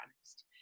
honest